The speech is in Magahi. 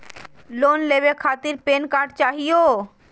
लोन लेवे खातीर पेन कार्ड चाहियो?